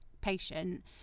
patient